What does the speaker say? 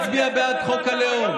תגיד לו את האמת, היה מצביע בעד חוק הלאום.